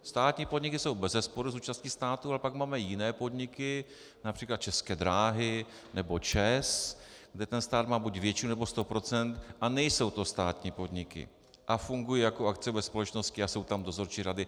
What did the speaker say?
Státní podniky jsou bezesporu s účastí státu, ale pak máme jiné podniky, například České dráhy nebo ČEZ, kde stát má buď většinu, nebo sto procent, nejsou to státní podniky, fungují jako akciové společnosti a jsou tam dozorčí rady.